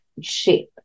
shape